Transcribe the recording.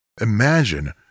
Imagine